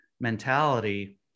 mentality